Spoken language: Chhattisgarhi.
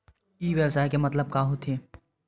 ई व्यवसाय के मतलब का होथे?